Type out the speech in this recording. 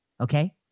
okay